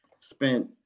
spent